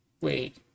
wait